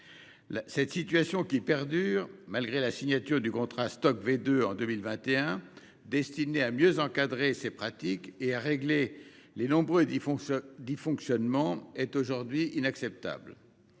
Cette situation, qui perdure malgré la signature en 2021 du contrat Stoc V 2, lequel est destiné à mieux encadrer les pratiques et à régler les nombreux dysfonctionnements, est aujourd'hui inacceptable.